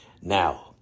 Now